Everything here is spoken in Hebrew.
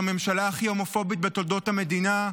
הממשלה הכי הומופובית בתולדות המדינה,